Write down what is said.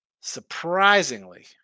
Surprisingly